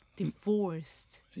divorced